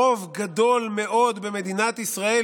הוא רוב גדול מאוד במדינת ישראל,